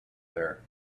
there